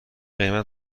قیمت